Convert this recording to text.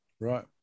Right